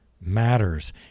matters